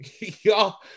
y'all